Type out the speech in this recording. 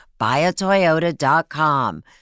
buyatoyota.com